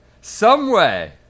someway